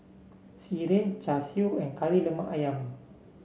sireh Char Siu and Kari Lemak ayam